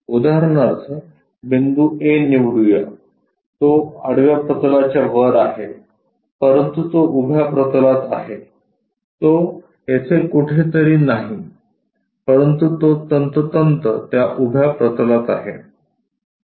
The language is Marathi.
उदाहरणार्थ बिंदू A निवडूया तो आडव्या प्रतलाच्या वर आहे परंतु तो उभ्या प्रतलात आहे तो येथे कुठेतरी नाही परंतु तो तंतोतंत त्या उभ्या प्रतलात आहे